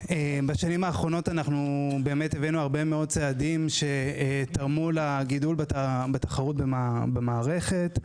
בשנים האחרונות הבאנו הרבה מאוד צעדים שתרמו לגידול בתחרות במערכת.